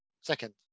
second